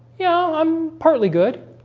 yeah, i'm partly good